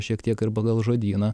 šiek tiek ir pagal žodyną